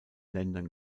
ländern